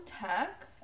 tech